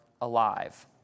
alive